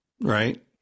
right